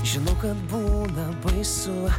žinau kad būna baisu